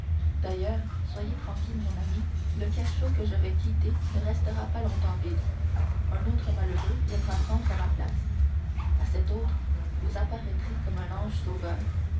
d'ailleurs soyez tranquille mon ami le cachot que je vais quitter ne restera pas longtemps vide un autre malheureux viendra prendre ma place à cet autre vous apparaîtrez comme un ange sauveur